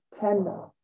tender